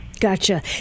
Gotcha